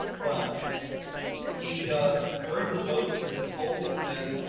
but he burns the boats and he told his men,